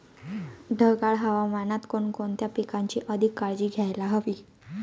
ढगाळ हवामानात कोणकोणत्या पिकांची अधिक काळजी घ्यायला हवी?